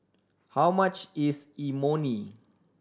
how much is Imoni